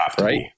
right